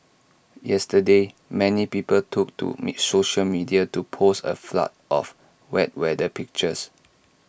yesterday many people took to social media to post A flood of wet weather pictures